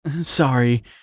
Sorry